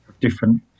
different